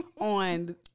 on